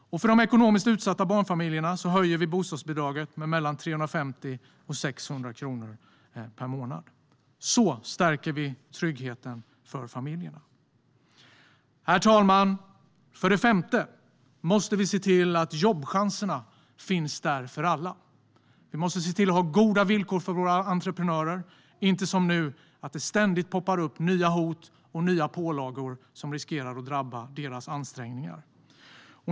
För de ekonomiskt utsatta barnfamiljerna höjer vi bostadsbidraget med mellan 350 och 600 kronor per månad. Så stärker vi tryggheten för familjerna. Herr talman! För det femte måste vi se till att jobbchanserna finns där för alla. Vi måste se till att ha goda villkor för våra entreprenörer i stället för att det som nu ständigt poppar upp nya hot och nya pålagor som riskerar att drabba deras ansträngningar.